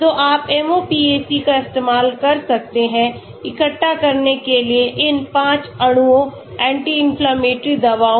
तो आप MOPAC का इस्तेमाल कर सकते हैं इकट्ठा करने के लिए इन 5 अणुओं anti inflammatory दवाओं को